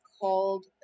called